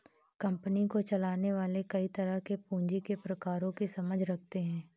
company को चलाने वाले कई तरह के पूँजी के प्रकारों की समझ रखते हैं